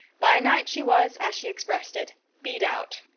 by night she was, as she expressed it, beat out.